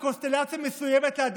כשלא ממנים מפכ"ל משטרה בכוונה,